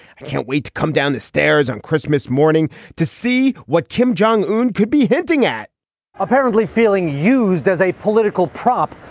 i can't wait to come down the stairs on christmas morning to see what kim jong un could be hinting at apparently feeling used as a political prop.